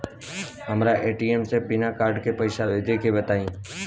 हमरा ए.टी.एम से बिना कार्ड के पईसा भेजे के बताई?